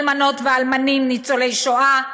אלמנות ואלמנים ניצולי שואה,